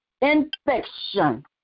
infection